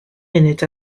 munud